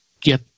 Get